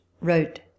wrote